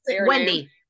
Wendy